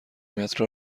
متر